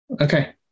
Okay